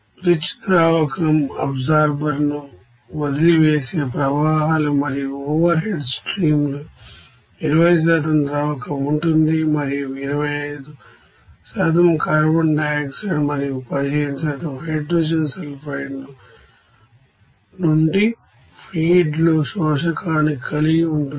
rich ద్రావకం అబ్జార్బర్ను వదిలివేసే ప్రవాహాలు మరియు ఓవర్హెడ్ స్ట్రీమ్లో 20 ద్రావకం ఉంటుంది మరియు 25 కార్బన్ డయాక్సైడ్ మరియు 15 హైడ్రోజన్ సల్ఫైడ్ను ముడి ఫీడ్లో శోషకానికి కలిగి ఉంటుంది